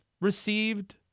received